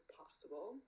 possible